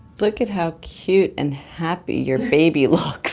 look at how cute and happy your baby looks